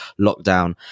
lockdown